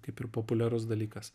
kaip ir populiarus dalykas